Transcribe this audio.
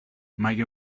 مگه